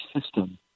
system